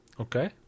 Okay